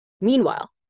Meanwhile